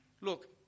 look